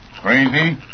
Crazy